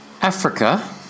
Africa